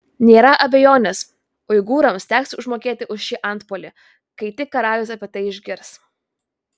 nėra abejonės uigūrams teks užmokėti už šį antpuolį kai tik karalius apie tai išgirs